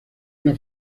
una